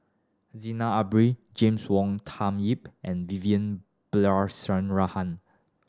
Zainal Abidin James Wong Tuck Yim and Vivian Balakrishnan